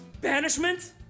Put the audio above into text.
Banishment